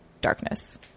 darkness